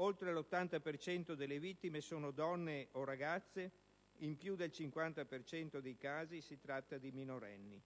Oltre l'80 per cento delle vittime sono donne o ragazze, in più del 50 per cento dei casi si tratta di minorenni.